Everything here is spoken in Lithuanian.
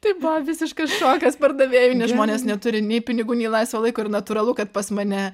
tai buvo visiškas šokas pardavėjui nes žmonės neturi nei pinigų nei laisvo laiko ir natūralu kad pas mane